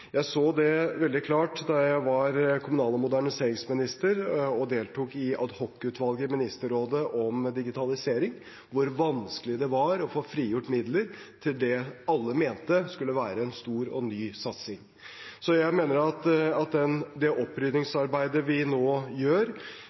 Jeg så veldig klart da jeg var kommunal- og moderniseringsminister og deltok i ad hoc-utvalget i Ministerrådet om digitalisering, hvor vanskelig det var å få frigjort midler til det alle mente skulle være en stor og ny satsing. Så jeg mener at det opprydningsarbeidet vi nå gjør,